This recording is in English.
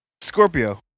Scorpio